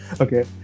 Okay